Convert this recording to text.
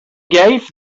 gave